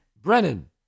Brennan